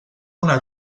una